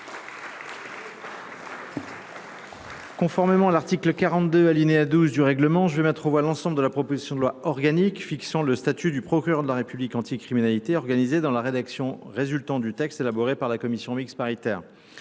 Conformément à l'article 42 alinéa 12 du règlement, je vais mettre au voie l'ensemble de la proposition de loi organique, fixant le statut du procureur de la République anti-criminalité organisé dans la rédaction résultante du texte élaboré par la Commission mixte paritaire.